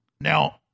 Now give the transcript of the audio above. Now